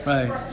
Right